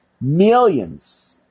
millions